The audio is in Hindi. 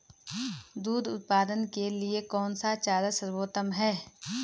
दूध उत्पादन के लिए कौन सा चारा सर्वोत्तम है?